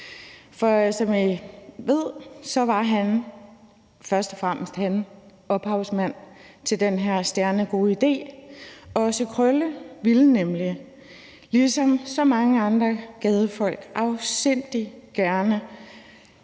For som I ved, var først og fremmest han ophavsmand til den her stjernegode idé. Også Krølle ville nemlig ligesom så mange andre gadefolk afsindig gerne